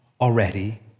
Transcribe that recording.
already